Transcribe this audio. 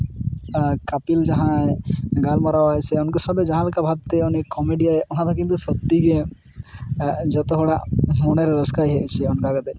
ᱠᱟᱯᱤᱞ ᱡᱟᱦᱟᱸᱭ ᱜᱟᱞᱢᱟᱨᱟᱣᱟᱭ ᱥᱮ ᱩᱱᱠᱩ ᱥᱟᱶᱛᱮ ᱡᱟᱦᱟᱸᱞᱮᱠᱟ ᱵᱷᱟᱵᱛᱮ ᱩᱱᱤ ᱠᱚᱢᱮᱰᱤᱭᱟᱱ ᱚᱱᱟ ᱫᱚ ᱠᱤᱱᱛᱩ ᱥᱚᱛᱛᱤ ᱜᱮ ᱡᱚᱛᱚ ᱦᱚᱲᱟᱜ ᱢᱚᱱᱮᱨᱮ ᱨᱟᱹᱥᱠᱟᱹ ᱦᱤᱡᱩᱜᱼᱟ ᱚᱱᱠᱟ ᱠᱟᱛ ᱜᱮ